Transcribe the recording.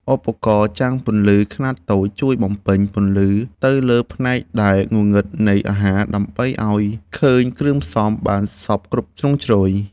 ឧបករណ៍ចាំងពន្លឺខ្នាតតូច ជួយបំពេញពន្លឺទៅលើផ្នែកដែលងងឹតនៃអាហារ ដើម្បីឱ្យឃើញគ្រឿងផ្សំបានសព្វជ្រុងជ្រោយ។